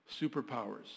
superpowers